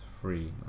free